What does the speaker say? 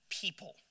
people